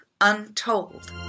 Untold